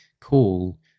call